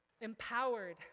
empowered